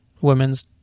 women's